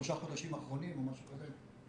שלושה חודשים אחרונים או משהו כזה.